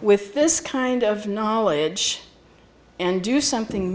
with this kind of knowledge and do something